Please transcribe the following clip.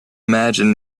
imagine